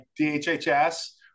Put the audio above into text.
DHHS